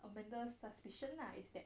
amanda suspicion is that